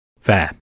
fair